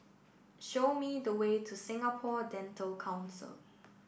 show me the way to Singapore Dental Council